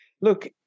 look